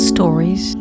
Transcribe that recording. Stories